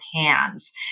hands